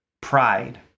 pride